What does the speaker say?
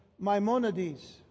Maimonides